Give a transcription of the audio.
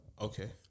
Okay